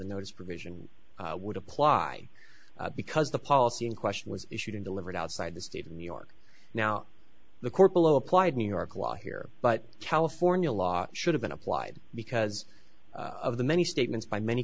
the notice provision would apply because the policy in question was issued in delivered outside the state of new york now the court below applied new york law here but california law should have been applied because of the many statements by many